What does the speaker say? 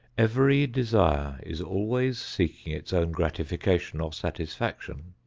every desire is always seeking its own gratification or satisfaction.